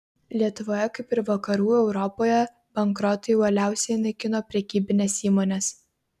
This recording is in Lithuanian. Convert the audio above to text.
lietuvoje kaip ir vakarų europoje bankrotai uoliausiai naikino prekybines įmones